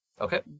Okay